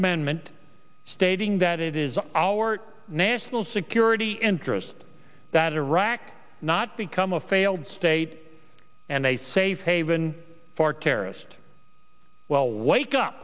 mendment stating that it is our national security interest that iraq not become a failed state and a safe haven for terrorist well wake up